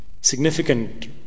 significant